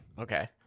Okay